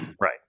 Right